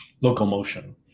locomotion